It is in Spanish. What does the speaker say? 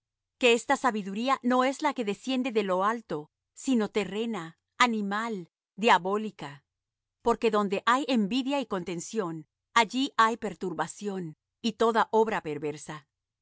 que esta sabiduría no es la que desciende de lo alto sino terrena animal diabólica porque donde hay envidia y contención allí hay perturbación y toda obra perversa